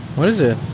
what is it?